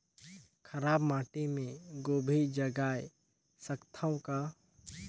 खराब माटी मे गोभी जगाय सकथव का?